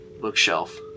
bookshelf